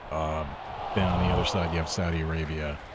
um then on the other side you have saudi arabia,